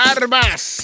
Armas